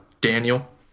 Daniel